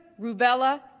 rubella